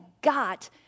got